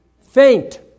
faint